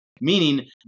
meaning